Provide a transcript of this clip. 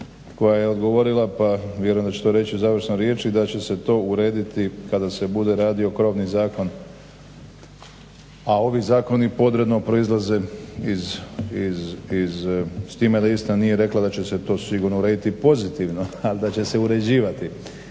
koja je odgovorila pa vjerujem da će to reći u završnoj riječi, da će se to urediti kada se bude radio krovni zakon, a ovi zakoni podredno proizlaze iz, s time da ista nije rekla da će se to sigurno urediti pozitivno, ali da će se uređivati